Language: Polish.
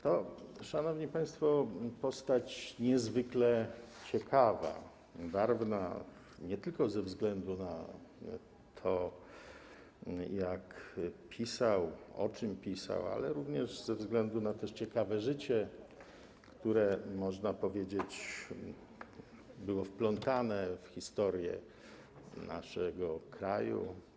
To, szanowni państwo, postać niezwykle ciekawa, barwna nie tylko ze względu na to, jak pisał, o czym pisał, ale również ze względu na ciekawe życie, które, można powiedzieć, było wplątane w historię naszego kraju.